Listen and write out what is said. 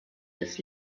des